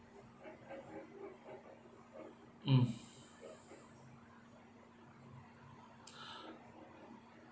mm